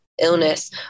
illness